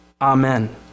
Amen